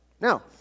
now